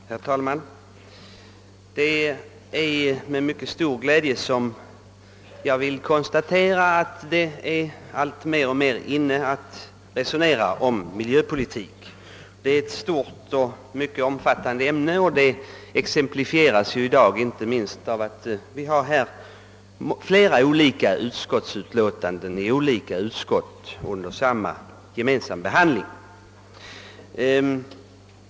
Herr talman! Det är med mycket stor glädje som jag konstaterar att det blivit alltmer »inne» att resonera om miljöpolitik. Att detta är ett stort och mycket omfattande ämne exemplifieras bl.a. av att vi i denna fråga i dag har flera olika utlåtanden från olika utskott uppe till gemensam behandling.